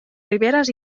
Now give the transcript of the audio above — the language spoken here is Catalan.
riberes